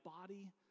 body